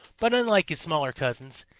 but unlike his smaller cousins,